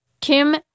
Kim